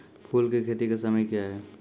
फुल की खेती का समय क्या हैं?